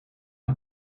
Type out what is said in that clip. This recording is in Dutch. een